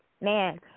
man